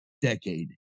decade